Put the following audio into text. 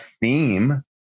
theme